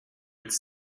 its